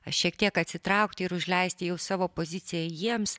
šiek tiek atsitraukti ir užleisti jau savo poziciją jiems